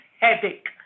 headache